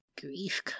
Grief